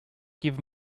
give